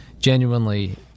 genuinely